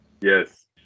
Yes